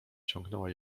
ciągnęła